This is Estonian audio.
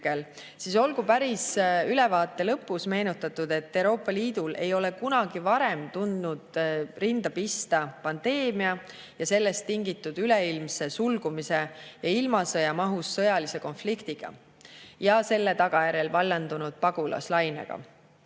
siis olgu päris ülevaate lõpus meenutatud, et Euroopa Liidul ei ole kunagi varem tulnud rinda pista pandeemia ja sellest tingitud üleilmse sulgumise ning ilmasõja mahus sõjalise konfliktiga ja selle tagajärjel vallandunud pagulaslainega.